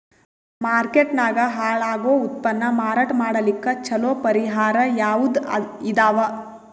Market ನಾಗ ಹಾಳಾಗೋ ಉತ್ಪನ್ನ ಮಾರಾಟ ಮಾಡಲಿಕ್ಕ ಚಲೋ ಪರಿಹಾರ ಯಾವುದ್ ಇದಾವ?